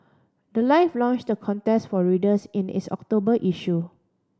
the life launched the contest for readers in its October issue